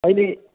अहिले